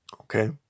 Okay